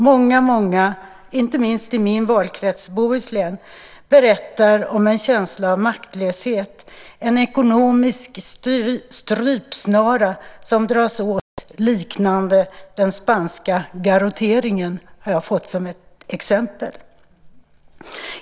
Många, inte minst i min valkrets Bohuslän, berättar om en känsla av maktlöshet, en ekonomisk strypsnara som dras åt liknande den spanska garrotteringen, som jag har fått som ett exempel.